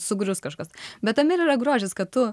sugrius kažkas bet tame yra grožis kad tu